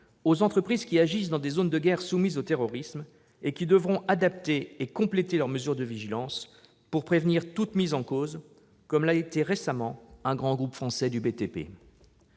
aux entreprises agissant dans des zones de guerre soumises au terrorisme, qui devront adapter et compléter leurs mesures de vigilance, pour prévenir toute mise en cause similaire à celle, récente, d'un grand groupe français du BTP.